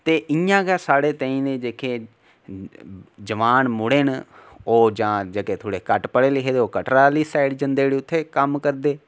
ते इयां गै साढ़े केईं न जेह्के जवान मुड़े न ओह् जां जेह्के थोहड़े घट्ट पढ़े लिखे दे ओह् कटरा आह्ली साइड जंदे उत्थै कम्म करदे